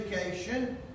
education